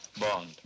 Bond